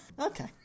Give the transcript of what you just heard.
Okay